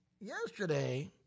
yesterday